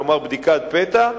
כלומר בדיקת פתע,